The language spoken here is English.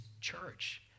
church